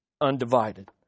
undivided